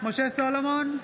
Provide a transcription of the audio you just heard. משה סולומון,